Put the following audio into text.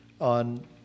on